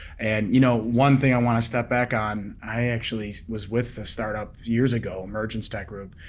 and you know one thing i wanna step back on, i actually was with a startup years ago, emergencetek group,